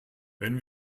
wenn